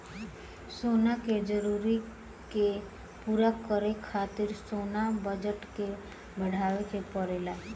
सेना के जरूरत के पूरा करे खातिर सैन्य बजट के बढ़ावल जरूरी बा